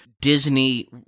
Disney